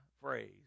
phrase